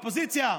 הקואליציה.